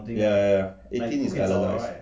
ya ya ya eighteen is like the most